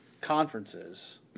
conferences